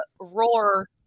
roar